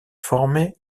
formée